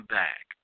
back